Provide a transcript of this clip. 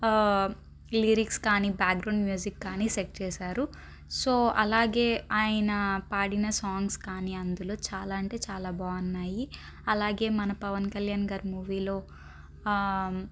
lyrics కానీ background music కానీ set చేశారు సో అలాగే ఆయన పాడిన సాంగ్స్ కానీ అందులో చాలా అంటే చాలా బాగున్నాయి అలాగే మన పవన్ కళ్యాణ్ గారి మూవీలో